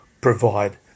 provide